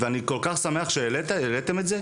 ואני כל כך שמח שהעליתם את זה,